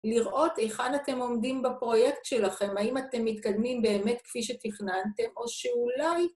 לראות היכן אתם עומדים בפרויקט שלכם, האם אתם מתקדמים באמת כפי שתכננתם או שאולי...